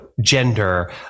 gender